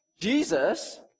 Jesus